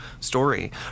story